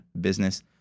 business